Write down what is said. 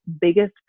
biggest